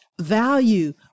Value